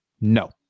no